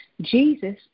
Jesus